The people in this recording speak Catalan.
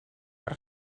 per